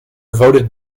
voted